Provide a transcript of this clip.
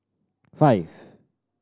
five